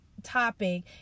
topic